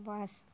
bus